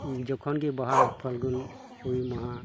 ᱡᱚᱠᱷᱚᱱ ᱜᱮ ᱵᱟᱦᱟ ᱯᱷᱟᱹᱞᱜᱩᱱ